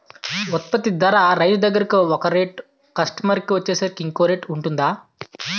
ఉత్పత్తి ధర రైతు దగ్గర ఒక రేట్ కస్టమర్ కి వచ్చేసరికి ఇంకో రేట్ వుంటుందా?